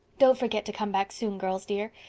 don't forget to come back soon, girls dear.